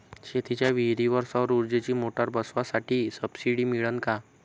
शेतीच्या विहीरीवर सौर ऊर्जेची मोटार बसवासाठी सबसीडी मिळन का?